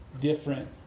different